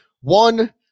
One